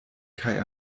kaj